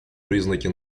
признаки